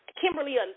Kimberly